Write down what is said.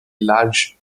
large